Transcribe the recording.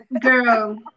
Girl